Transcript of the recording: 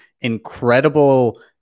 incredible